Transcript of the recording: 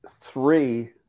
three